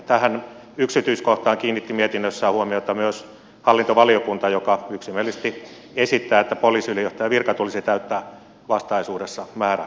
tähän yksityiskohtaan kiinnitti mietinnössään huomiota myös hallintovaliokunta joka yksimielisesti esittää että poliisiylijohtajan virka tulisi täyttää vastaisuudessa määräajaksi